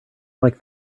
like